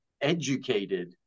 educated